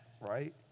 right